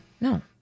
no